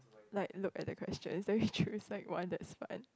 like look at the questions then we choose one that is fine